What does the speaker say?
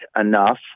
enough